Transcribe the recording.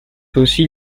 aussi